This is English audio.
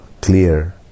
clear